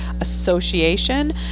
Association